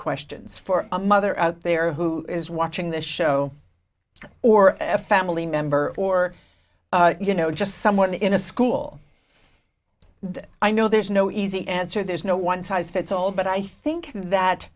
questions for a mother out there who is watching this show or a family member or you know just someone in a school and i know there's no easy answer there's no one size fits all but i think that